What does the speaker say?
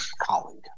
colleague